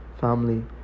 family